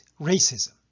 racism